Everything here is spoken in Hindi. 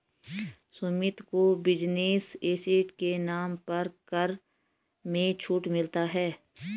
सुमित को बिजनेस एसेट के नाम पर कर में छूट मिलता है